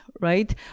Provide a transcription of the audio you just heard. right